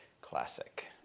classic